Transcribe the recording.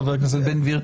חבר הכנסת בן גביר,